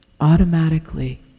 automatically